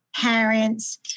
parents